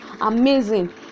Amazing